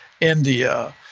India